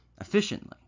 efficiently